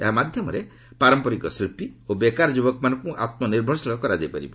ଏହା ମାଧ୍ୟମରେ ପାରମ୍ପରିକ ଶିଳ୍ପୀ ଓ ବେକାର ଯୁବକମାନଙ୍କୁ ଆତ୍କ ନିର୍ଭରଶୀଳ କରାଯାଇ ପାରିବ